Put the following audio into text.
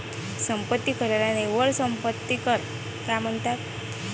संपत्ती कराला निव्वळ संपत्ती कर का म्हणतात?